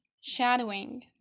shadowing